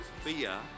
Fear